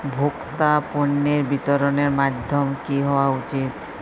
ভোক্তা পণ্যের বিতরণের মাধ্যম কী হওয়া উচিৎ?